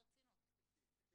אני אומר